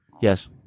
Yes